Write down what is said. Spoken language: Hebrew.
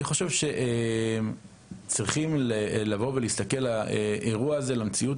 אני חושב שצריכים להסתכל לאירוע הזה ולמציאות